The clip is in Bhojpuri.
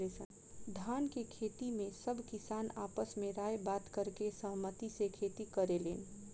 धान के खेती में सब किसान आपस में राय बात करके सहमती से खेती करेलेन